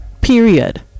period